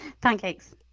Pancakes